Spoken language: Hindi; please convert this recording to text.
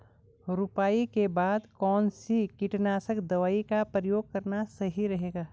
रुपाई के बाद कौन सी कीटनाशक दवाई का प्रयोग करना सही रहेगा?